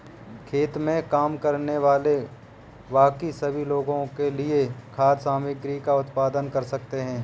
खेत में काम करने वाले बाकी सभी लोगों के लिए खाद्य सामग्री का उत्पादन करते हैं